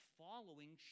following